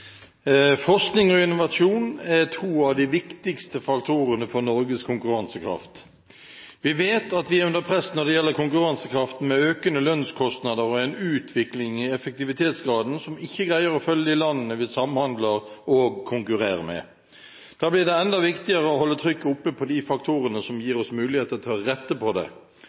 Forskning og innovasjon er to av de viktigste faktorene for Norges konkurransekraft. Vi vet at vi er under press når det gjelder konkurransekraften, med økende lønnskostnader og en utvikling i effektivitetsgraden som ikke greier å følge de landene vi samhandler og konkurrerer med. Det har blitt enda viktigere å holde trykket oppe på de faktorene som gir oss muligheter til å rette på det.